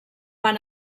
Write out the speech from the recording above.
van